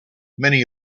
many